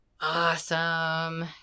Awesome